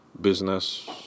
business